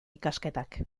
ikasketak